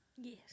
Yes